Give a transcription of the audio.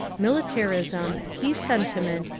militarism, peace sentiment,